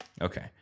Okay